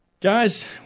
Guys